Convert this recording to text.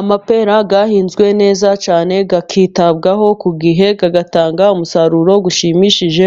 Amapera yahinzwe neza cyane, akitabwaho ku gihe agatanga umusaruro ushimishije,